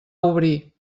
obrir